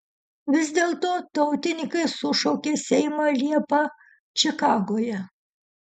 vis dėlto tautininkai sušaukė seimą liepą čikagoje